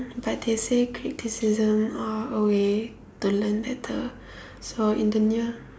but they say quick decision or a way to learn better so in the near